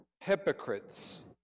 hypocrites